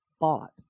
bought